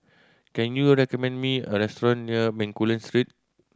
can you recommend me a restaurant near Bencoolen Street